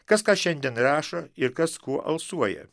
kas ką šiandien rašo ir kas kuo alsuoja